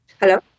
Hello